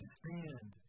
stand